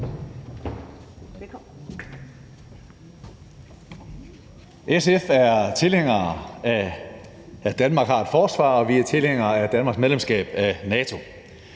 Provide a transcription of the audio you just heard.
SF er tilhængere af, at Danmark har et forsvar, og vi er tilhængere af Danmarks medlemskab af NATO.